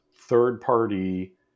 third-party